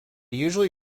usually